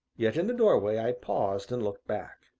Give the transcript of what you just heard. yet, in the doorway i paused and looked back.